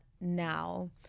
now